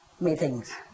meetings